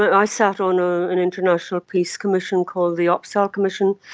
i sat on ah an international peace commission called the opsahl commission,